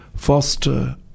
foster